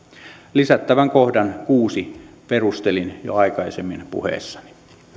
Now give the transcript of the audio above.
lisättävän kohdan kuuden perustelin jo aikaisemmin puheessani